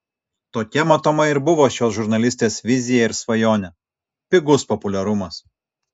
tokia matomai ir buvo šios žurnalistės vizija ir svajonė pigus populiarumas